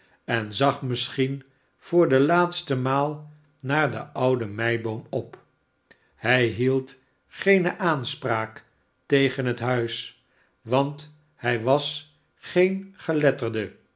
en zag misschien voor de laatste maal naarden ouden meiboom op hij hield geene aanspraak tegen het huis want hij was geen geletterde